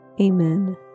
Amen